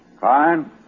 Fine